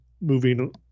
moving